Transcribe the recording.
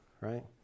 right